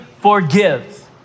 forgives